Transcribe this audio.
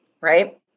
Right